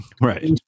Right